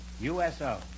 USO